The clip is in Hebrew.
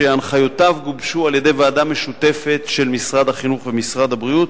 שהנחיותיו גובשו על-ידי ועדה משותפת של משרד החינוך ומשרד הבריאות,